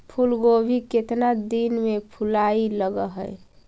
फुलगोभी केतना दिन में फुलाइ लग है?